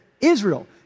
Israel